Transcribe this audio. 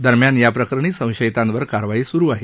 दरम्यान याप्रकरणी संशयितांवर कारवाई सुरु आहे